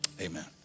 Amen